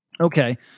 okay –